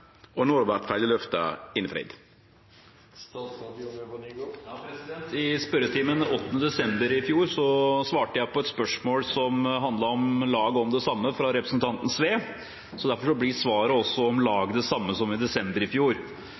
og når vert ferjeløfta innfridde?» I spørretimen den 8. desember i fjor svarte jeg på et spørsmål som handlet omtrent om det samme, fra representanten Sve. Derfor blir svaret omtrent det samme som i desember i fjor.